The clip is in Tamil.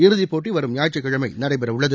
இறுதிப்போட்டி வரும் ஞாயிற்றுக்கிழமை நடைபெறவுள்ளது